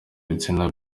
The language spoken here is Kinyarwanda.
ibitsina